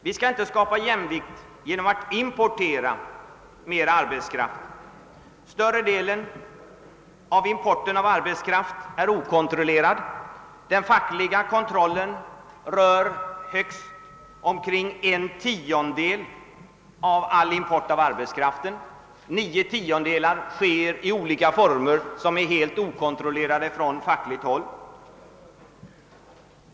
Vi skall inte skapa jämvikt genom att importera mer arbetskraft. Större delen av importen av arbetskraft är okontrollerad. Den fackliga kontrollen rör endast omkring en tiondel av all import av arbetskraft. Ca nio tiondelar sker i olika former som är helt okontrollerade från fackligt håll.